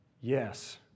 yes